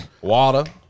Water